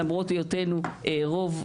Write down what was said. למרות היותנו רוב.